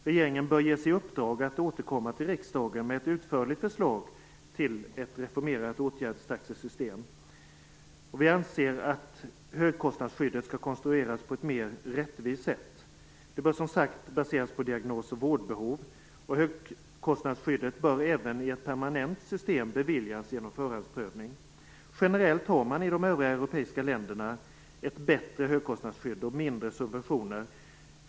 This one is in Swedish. Regeringen bör ges i uppdrag att återkomma till riksdagen med ett utförligt förslag till ett reformerat åtgärdstaxesystem. Vi anser att högkostnadsskyddet skall konstrueras på ett mer rättvist sätt. Det bör baseras på diagnos och vårdbehov. Högkostnadsskyddet bör även i ett permanent system beviljas genom förhandsprövning. Generellt har man i de övriga europeiska länderna ett bättre högkostnadsskydd och mindre subventioner.